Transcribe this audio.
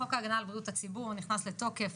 חוק ההגנה על בריאות הציבור נכנס לתוקף,